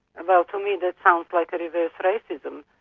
and well for me, that sounds like reverse racism.